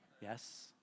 Yes